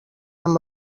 amb